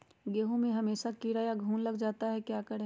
गेंहू में हमेसा कीड़ा या घुन लग जाता है क्या करें?